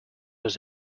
was